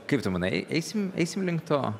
kaip tu manai eisim eisim link to